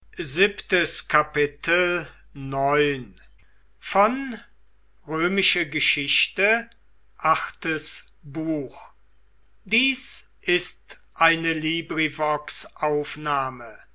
sind ist eine